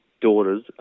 daughter's